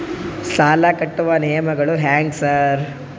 ಸಾಲ ಕಟ್ಟುವ ನಿಯಮಗಳು ಹ್ಯಾಂಗ್ ಸಾರ್?